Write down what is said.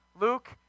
Luke